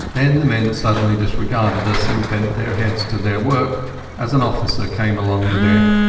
then the men suddenly disregarded us and bent their heads to their work as an officer came along the deck.